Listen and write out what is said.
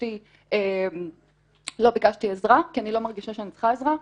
וביקשתי עזרה כי אני לא מרגישה שאני צריכה עזרה.